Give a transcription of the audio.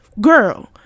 Girl